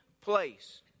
place